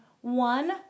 one